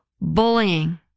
Bullying